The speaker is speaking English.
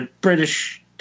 British